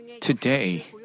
today